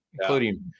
including